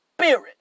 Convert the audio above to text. Spirit